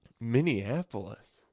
Minneapolis